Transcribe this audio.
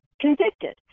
convicted